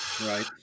Right